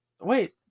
Wait